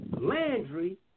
Landry